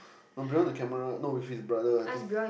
no bring one the camera no with his brother I think